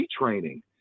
retraining